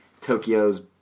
Tokyo's